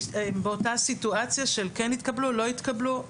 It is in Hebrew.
באותה סיטואציה של כן יתקבלו-לא יתקבלו.